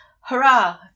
hurrah